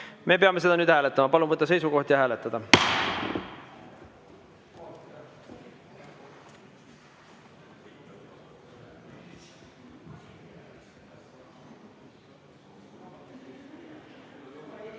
me peame seda nüüd hääletama. Palun võtta seisukoht ja hääletada!